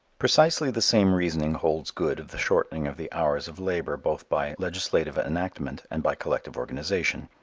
precisely the same reasoning holds good of the shortening of the hours of labor both by legislative enactment and by collective organization.